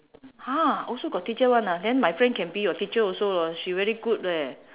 !huh! also got teacher [one] ah then my friend can be your teacher also lor she very good leh